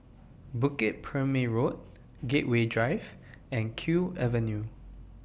Bukit Purmei Road Gateway Drive and Kew Avenue